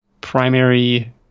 primary